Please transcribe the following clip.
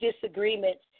disagreements